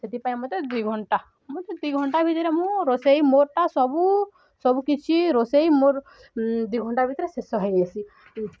ସେଥିପାଇଁ ମୋତେ ଦୁଇ ଘଣ୍ଟା ମୋତେ ଦୁଇ ଘଣ୍ଟା ଭିତରେ ମୁଁ ରୋଷେଇ ମୋରଟା ସବୁ ସବୁ କିିଛି ରୋଷେଇ ମୋର ଦୁଇ ଘଣ୍ଟା ଭିତରେ ଶେଷ ହେଇଏସି